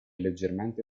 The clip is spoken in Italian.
leggermente